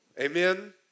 Amen